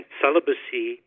celibacy